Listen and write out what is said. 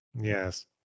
Yes